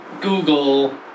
Google